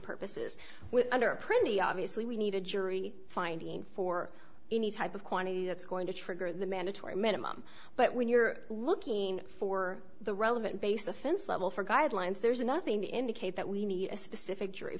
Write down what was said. purposes with under a pretty obviously we need a jury finding for any type of quantity that's going to trigger the mandatory minimum but when you're looking for the relevant base offense level for guidelines there's nothing to indicate that we need a specific jury